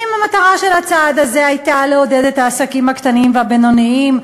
אם המטרה של הצעד הזה הייתה לעודד את העסקים הקטנים והבינוניים,